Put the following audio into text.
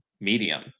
medium